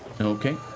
Okay